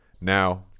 Now